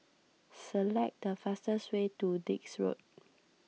select the fastest way to Dix Road